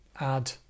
add